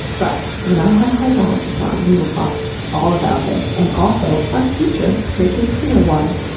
but when i have a hydrologist on we will talk all about this, and also our future, drinking sewer water!